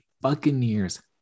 Buccaneers